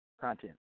content